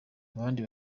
abandi